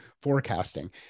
forecasting